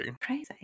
crazy